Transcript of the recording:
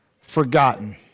forgotten